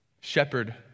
Shepherd